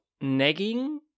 nagging